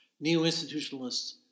Neo-institutionalists